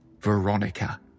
Veronica